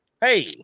Hey